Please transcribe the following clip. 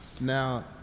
Now